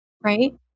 right